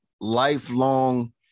lifelong